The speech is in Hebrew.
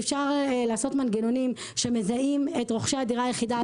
אפשר לעשות מנגנונים שמזהים את רוכשי הדירה היחידה.